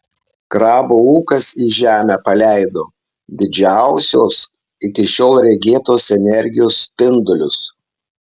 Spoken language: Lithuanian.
krabo ūkas į žemę paleido didžiausios iki šiol regėtos energijos spindulius